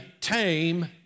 tame